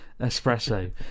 espresso